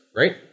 right